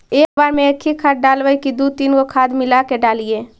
एक बार मे एकही खाद डालबय की दू तीन गो खाद मिला के डालीय?